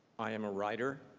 i am a writer.